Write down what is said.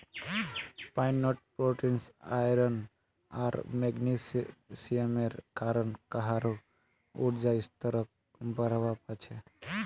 pine nuts protein, iron आर मैग्नीशियमेर कारण काहरो ऊर्जा स्तरक बढ़वा पा छे